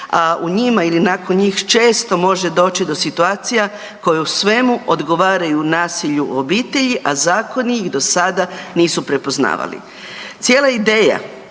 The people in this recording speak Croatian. a u njima ili nakon njih često može doći do situacija koje u svemu odgovaraju nasilju u obitelji, a zakoni ih do sada nisu prepoznavali. Cijela ideja